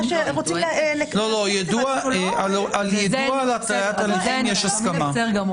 ביידוע על התליית הליכים יש הסכמה.